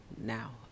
now